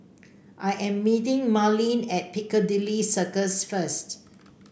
I am meeting Merlene at Piccadilly Circus first